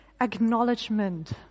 acknowledgement